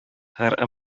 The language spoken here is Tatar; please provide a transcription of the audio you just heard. һәр